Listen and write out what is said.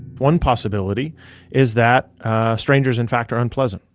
one possibility is that strangers, in fact, are unpleasant.